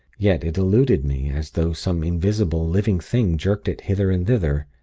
yet it eluded me, as though some invisible, living thing jerked it hither and thither.